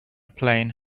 plane